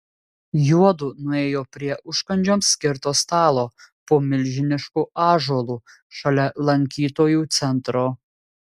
juodu nuėjo prie užkandžiams skirto stalo po milžinišku ąžuolu šalia lankytojų centro